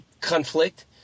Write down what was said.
conflict